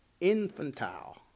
infantile